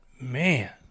man